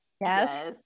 Yes